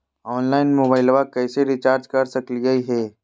Online मोबाइलबा कैसे recharge कर सकलिए है?